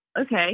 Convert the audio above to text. okay